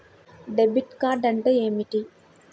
Debit card అంటే ఏమిటి?